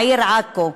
העיר עכו.